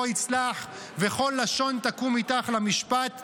יצלח וכל לשון תקום אִתָך למשפט תרשיעי".